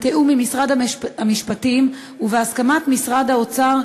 בתיאום עם משרד המשפטים ובהסכמת משרד האוצר,